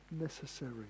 necessary